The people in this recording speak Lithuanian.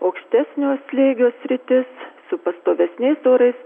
aukštesnio slėgio sritis su pastovesniais orais